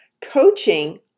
Coaching